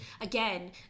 Again